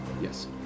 Yes